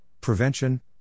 Prevention